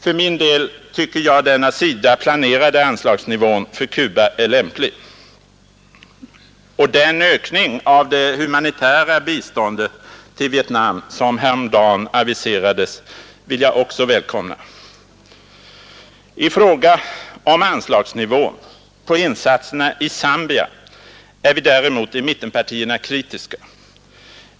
För min del tycker jag den av SIDA planerade anslagsnivån för Cuba är lämplig. Den ökning av det humanitära biståndet till Vietnam som häromdagen aviserades, vill jag också välkomna. I fråga om anslagsnivån på insatserna i Zambia är vi däremot i mittenpartierna kritiska.